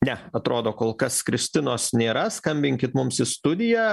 ne atrodo kol kas kristinos nėra skambinkit mums į studiją